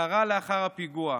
וקרא לאחר הפיגוע: